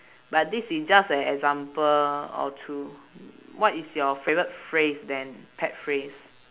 but this is just a example or to what is your favorite phrase then pet phrase